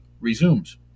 resumes